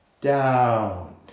down